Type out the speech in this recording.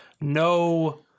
no